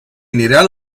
aniran